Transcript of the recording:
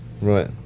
Right